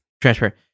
transparent